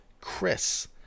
Chris